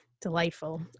Delightful